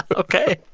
ah ok.